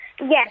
Yes